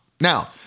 Now